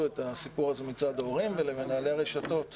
את הסיפור הזה מצד ההורים ולמנהלי הרשתות.